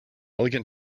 elegant